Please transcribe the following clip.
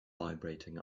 vibrating